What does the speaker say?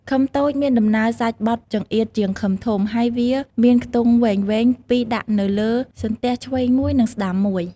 ឃឹមតូចមានដំណើរសាច់បទចង្អៀតជាងឃឹមធំ ហើយវាមានខ្ទង់វែងៗពីរដាក់នៅលើសន្ទះឆ្វេងមួយ និងស្តាំមួយ។